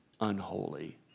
unholy